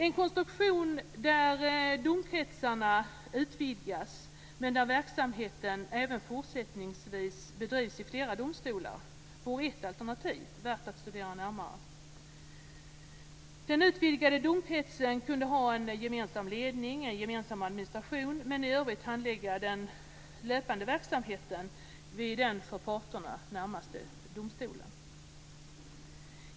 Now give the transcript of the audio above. En konstruktion där domkretsarna utvidgas men där verksamheten även fortsättningsvis bedrivs i flera domstolar vore ett alternativ värt att studera närmare. Den utvidgade domkretsen kunde ha en gemensam ledning och en gemensam administration men i övrigt handlägga den löpande verksamheten vid den för parterna närmaste domstolen.